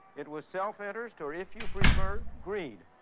it was self-interest or, if your prefer, greed,